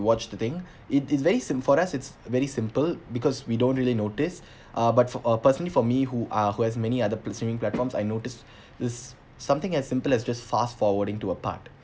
watch the thing it it's very sim~ for us it's very simple because we don't really notice uh but for uh personally for me who are who has many other p~ streaming platforms I noticed this something as simple as just fast forwarding to a part